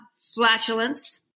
flatulence